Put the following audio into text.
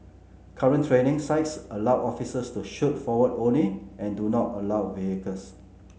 current training sites allow officers to shoot forward only and do not allow vehicles